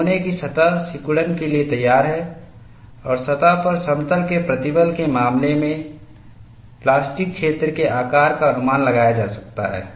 नमूना की सतह सिकुड़न के लिए तैयार है और सतह पर समतल के प्रतिबल के मामले के लिए प्लास्टिक क्षेत्र के आकार का अनुमान लगाया जा सकता है